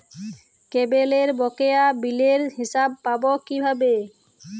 কেবলের বকেয়া বিলের হিসাব পাব কিভাবে?